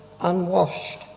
unwashed